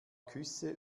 küsse